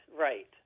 Right